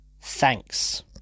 Thanks